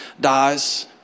dies